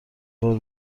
بار